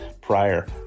prior